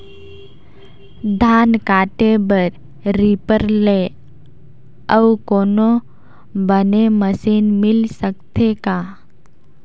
धान काटे बर रीपर ले अउ कोनो बने मशीन मिल सकथे का?